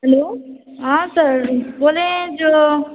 hello हॅं sir